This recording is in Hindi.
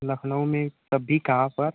लखनऊ में तब भी कहाँ पर